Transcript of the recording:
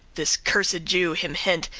this cursed jew him hent,